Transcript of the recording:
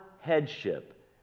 headship